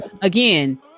again